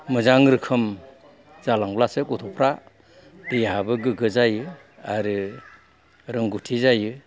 मोजां रोखोम जालांब्लासो गथ'फ्रा देहायाबो गोगो जायो आरो रोंगथि जायो